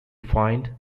find